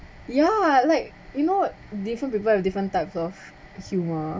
ya like you know different people have different types of humor